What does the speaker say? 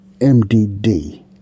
MDD